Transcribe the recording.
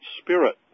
spirit